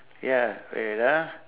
ya wait ah